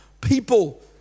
people